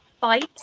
fight